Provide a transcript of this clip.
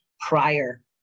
prior